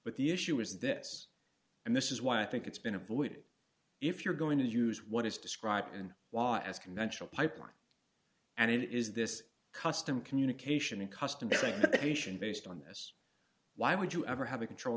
but the issue is this and this is why i think it's been avoided if you're going to use what is described in law as conventional pipeline and it is this custom communication and custom to say patient based on this why would you ever have a control